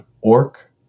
orc